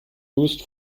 used